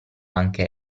anche